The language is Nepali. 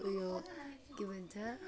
ऊ यो के भन्छ